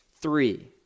three